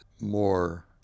more